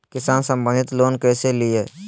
किसान संबंधित लोन कैसै लिये?